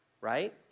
right